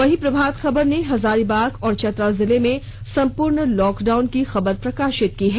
वहीं प्रभात खबर ने हजारीबाग और चतरा जिले में संपूर्ण लॉकडाउन की खबर प्रकाशित की है